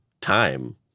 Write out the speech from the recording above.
time